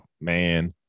Man